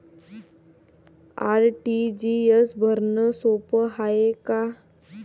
RTGS भरनं सोप हाय का?